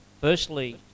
Firstly